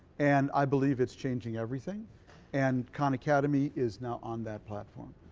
and i believe it's changing everything and khan academy is now on that platform.